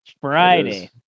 Friday